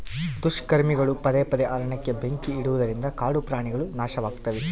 ದುಷ್ಕರ್ಮಿಗಳು ಪದೇ ಪದೇ ಅರಣ್ಯಕ್ಕೆ ಬೆಂಕಿ ಇಡುವುದರಿಂದ ಕಾಡು ಕಾಡುಪ್ರಾಣಿಗುಳು ನಾಶವಾಗ್ತಿವೆ